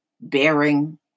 bearing